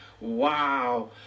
Wow